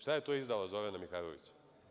Šta je to izdala Zorana Mihajlović?